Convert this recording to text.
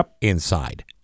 inside